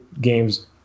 games